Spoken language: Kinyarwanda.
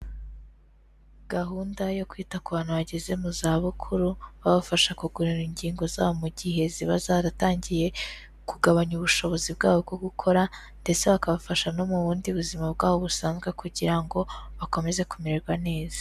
Gahunda yo kwita ku bantu bageze mu za bukuru babafasha kugorora ingingo zabo mu gihe ziba zaratangiye kugabanya ubushobozi bwabo bwo gukora ndetse bakabafasha no mu bundi buzima bwabo busanzwe kugira ngo bakomeze kumererwa neza.